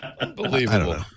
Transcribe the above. Unbelievable